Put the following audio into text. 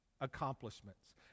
accomplishments